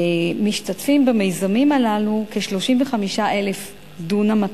משתתפים במיזמים הללו 35,000 דונם של